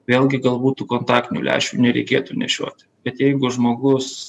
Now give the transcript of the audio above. vėlgi galbūt tų kontaktinių lęšių nereikėtų nešioti bet jeigu žmogus